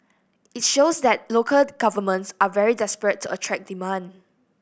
it shows that local governments are very desperate to attract demand